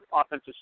offensive